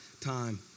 time